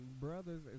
brothers